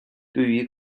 对于